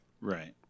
Right